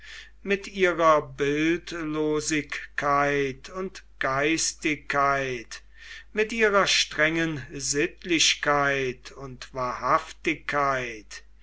mit ihrer bildlosigkeit und geistigkeit mit ihrer strengen sittlichkeit und wahrhaftigkeit